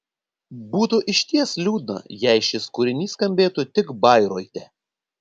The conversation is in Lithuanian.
būtų išties liūdna jei šis kūrinys skambėtų tik bairoite